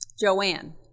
Joanne